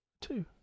two